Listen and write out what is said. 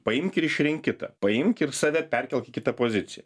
paimk ir išrink kitą paimk ir save perkelk į kitą poziciją